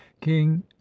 king